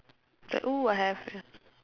like oo I have